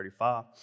35